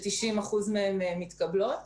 90% מהבקשות מתקבלות